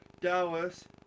Dallas